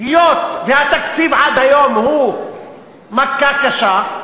היות שהתקציב עד היום הוא מכה קשה,